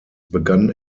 begann